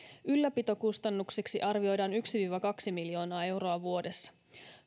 ylläpitokustannuksiksi arvioidaan yksi viiva kaksi miljoonaa euroa vuodessa